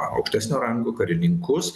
aukštesnio rango karininkus